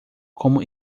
como